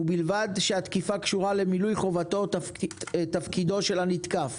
ובלבד שהתקיפה קשורה למילוי חובתו או תפקידו של הנתקף.